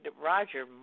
Roger